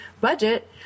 budget